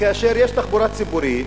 כאשר יש תחבורה ציבורית,